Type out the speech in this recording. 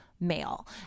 Male